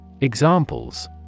Examples